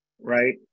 right